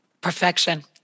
Perfection